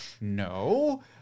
no